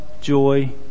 joy